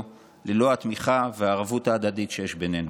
ללא התמיכה והערבות ההדדית שיש בינינו,